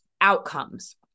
outcomes